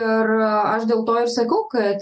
ir aš dėl to ir sakau kad